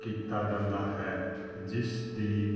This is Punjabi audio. ਕੀਤਾ ਜਾਂਦਾ ਹੈ ਜਿਸ ਦੀ